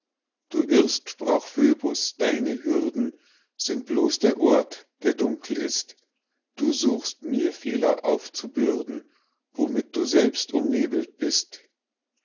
du irrst sprach phöbus deine hürden sind blos der ort der dunkel ist du suchst mir fehler aufzubürden womit du selbst umnebelt bist